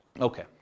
Okay